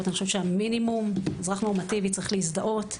המינימום הוא שאזרח נורמטיבי צריך להזדהות.